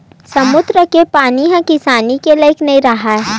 समुद्दर के पानी ह किसानी के लइक नइ राहय